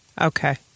Okay